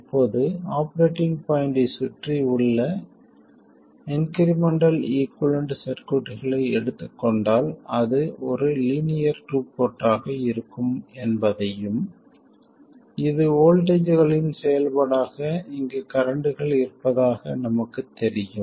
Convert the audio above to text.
இப்போது ஆப்பரேட்டிங் பாயிண்ட்டைச் சுற்றி உள்ள இன்க்ரிமெண்டல் ஈகுவலன்ட் சர்க்யூட்களை எடுத்துக் கொண்டால் அது ஒரு லீனியர் டூ போர்ட்டாக இருக்கும் என்பதையும் இது வோல்ட்டேஜ்களின் செயல்பாடாக இங்கு கரண்ட்கள் இருப்பதாக நமக்குத் தெரியும்